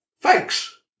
thanks